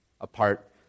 apart